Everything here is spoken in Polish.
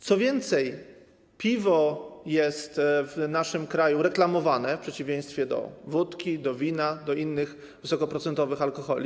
Co więcej, piwo jest w naszym kraju reklamowane, w przeciwieństwie do wódki, do wina, do innych wysokoprocentowych alkoholi.